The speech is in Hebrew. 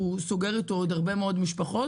סוגר איתו עוד הרבה מאוד משפחות,